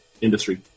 industry